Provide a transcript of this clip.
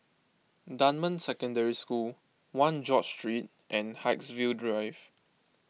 Dunman Secondary School one George Street and Haigsville Drive